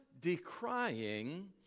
decrying